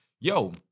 Yo